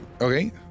Okay